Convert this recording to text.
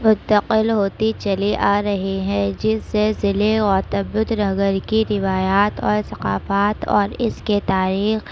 منتقل ہوتی چلی آ رہی ہے جس سے ضلعے گوتم بدھ نگر کی روایات اور ثقافات اور اس کے تاریخ